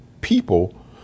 people